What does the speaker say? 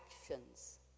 actions